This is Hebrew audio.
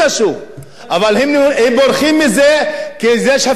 אבל הם בורחים מזה, כי יש הפקעת קרקעות.